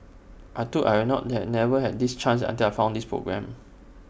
I thought I would not never have this chance until I found this programme